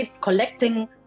collecting